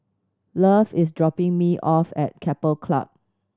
Love is dropping me off at Keppel Club